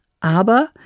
Aber